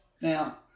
now